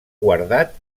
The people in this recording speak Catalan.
guardat